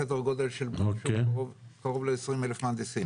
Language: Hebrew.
סדר גודל של כעשרים אלף מהנדסים.